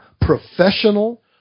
professional